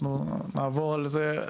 אנחנו נעבור על זה,